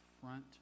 front